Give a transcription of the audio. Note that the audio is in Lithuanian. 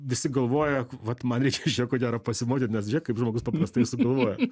visi galvoja vat man reikia iš jo ko gero pasimokyt nes žėk kaip žmogus paprastai sugalvojo